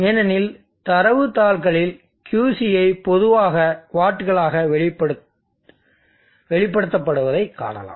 ஏனெனில் தரவுத் தாள்களில் Qc பொதுவாகக் வாட்களாக வெளிப்படுத்தப்படுவதை காணலாம்